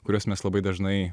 kuriuos mes labai dažnai